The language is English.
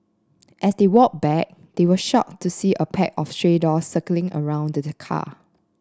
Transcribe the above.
as they walked back they were shocked to see a pack of stray dogs circling around the car